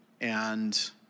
and-